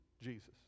Jesus